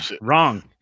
Wrong